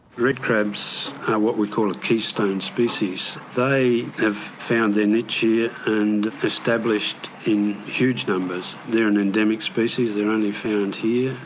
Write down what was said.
red crabs are what we call a keystone species. they have found their niche here yeah and established in huge numbers. they're an endemic species, they're only found here.